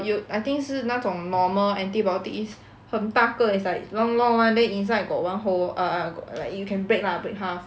有 I think 是那种 normal antibiotic is 很大个 is like long long [one] then inside got one hole uh uh got like you can break lah break half